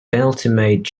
penultimate